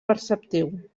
perceptiu